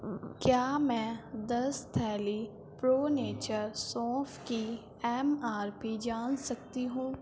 کیا میں دس تھیلی پرو نیچر سونف کی ایم آر پی جان سکتی ہوں